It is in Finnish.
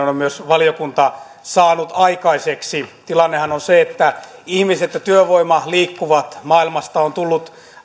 on myös valiokunta saanut aikaiseksi tilannehan on se että ihmiset ja työvoima liikkuvat maailmasta on tullut